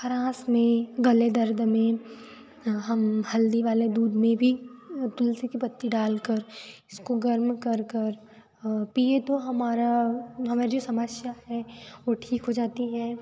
खरांस में गले दर्द में हम हल्दी वाले दूध में भी तुलसी के पत्ती डालकर इसको गर्म कर कर हाँ पिएं तो हमारा हमें जो समस्या है वो ठीक हो जाती है